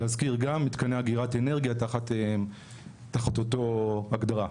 להזכיר גם מתקני אגירת אנרגיה תחת אותה הגדרה.